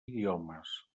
idiomes